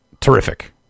terrific